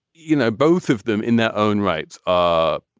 you know, both of them in their own right are.